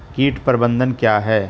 कीट प्रबंधन क्या है?